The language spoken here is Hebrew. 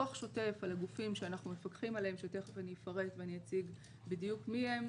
פיקוח שוטף על הגופים שאנחנו מפקחים עליהם שמיד אפרט ואציג בדיוק מי הם,